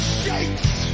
shakes